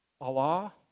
Allah